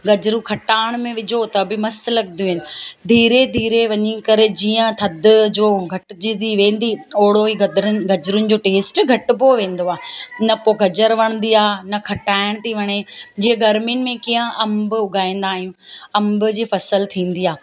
गजरूं खटाण में विझो त बि मस्तु लॻंदियूं आहिनि धीरे धीरे वञी करे जीअं थधि जो घटिजंदी वेंदी ओड़ो ई गदरनि गजरुनि जो टेस्ट घटिजंदो वेंदो आहे न पोइ गजरु वणंदी आहे न खटाइण थी वणे जीअं गर्मीयुनि में कीअं अम्ब उॻाईंदा आहियूं अम्ब जी फसल थींदी आहे